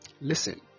Listen